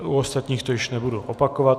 U ostatních to již nebudu opakovat.